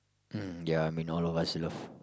um ya I mean all of us love